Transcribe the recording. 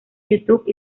youtube